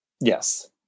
Yes